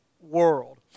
world